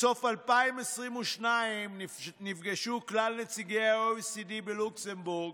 בסוף 2022 נפגשו כל נציגי ה-OECD בלוקסמבורג,